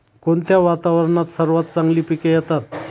कोणत्या वातावरणात सर्वात चांगली पिके येतात?